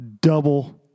double